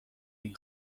این